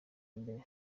mbere